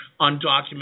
undocumented